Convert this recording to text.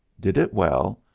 did it well,